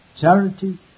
charity